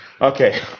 Okay